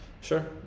Sure